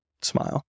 smile